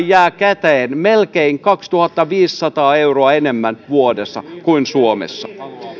jää käteen melkein kaksituhattaviisisataa euroa enemmän vuodessa kuin suomalaiselle